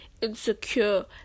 insecure